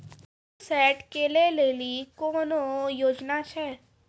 Pump set केलेली कोनो योजना छ?